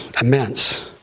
immense